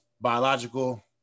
biological